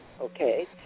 okay